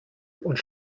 und